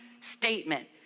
statement